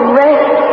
rest